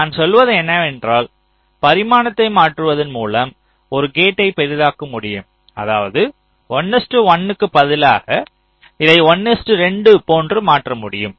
நான் சொல்வது என்னவென்றால் பரிமாணத்தை மாற்றுவதன் மூலம் ஒரு கேட்டை பெரிதாக்க முடியும் அதாவது 11 க்கு பதிலாக இதை 1 2 போன்று மாற்ற முடியும்